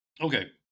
Okay